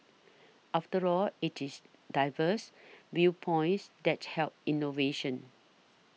after all it is diverse viewpoints that help innovation